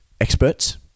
experts